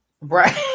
Right